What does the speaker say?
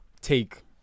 take